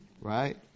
right